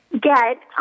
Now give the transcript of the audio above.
get